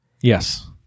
Yes